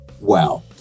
Wow